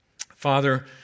Father